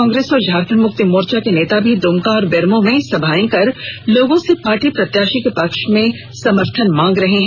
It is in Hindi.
वहीं कांग्रेस और झारखंड मुक्ति मोर्चा के नेता भी दुमका और बेरमो में सभाए कर लोगों से पार्टी प्रत्याशी के पक्ष में समर्थन मांग रहे हैं